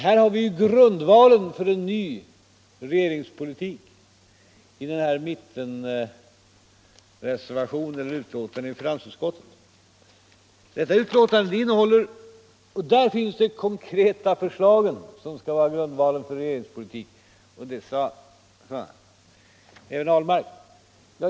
Herr Fälldin sade att i finansutskottets betänkande finns de konkreta förslag som skall vara grundvalen för en ny regeringspolitik, och det sade även herr Ahlmark.